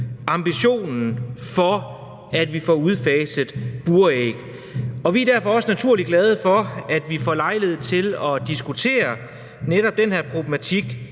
ambitionen om, at vi får udfaset buræg. Vi er derfor naturligvis også glade for, at vi får lejlighed til at diskutere netop den her problematik